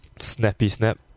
snappy-snap